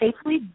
safely